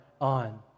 on